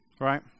Right